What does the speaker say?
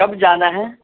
کب جانا ہے